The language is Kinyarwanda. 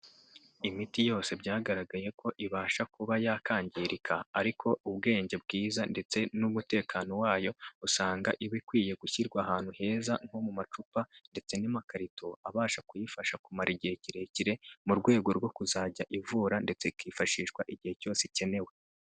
Imiti yose byagaragaye ko ibasha kuba yakangirika, ariko ubwenge bwiza ndetse n'umutekano wayo usanga iba ikwiye gushyirwa ahantu heza, nko mu macupa ndetse n'amakarito abasha kuyifasha kumara igihe kirekire, mu rwego rwo kuzajya ivura ndetse ikifashishwa igihe cyose ikenewe.